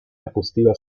arbustiva